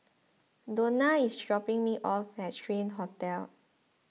Donna is dropping me off at Strand Hotel